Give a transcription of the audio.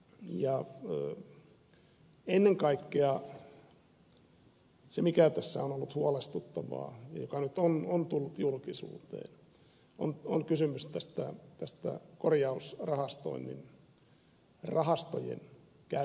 ennen kaikkea se mikä tässä on ollut huolestuttavaa ja joka nyt on tullut julkisuuteen on kysymys korjausrahastojen käytöstä